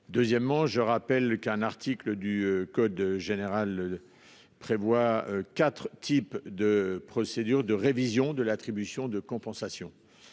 Deuxièmement, je rappelle qu'un article du code général. Prévoit 4 types de procédures de révision de l'attribution de compensation.